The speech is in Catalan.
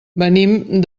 venim